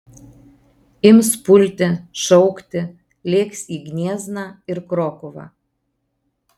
ims pulti šaukti lėks į gniezną ir krokuvą